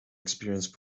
experience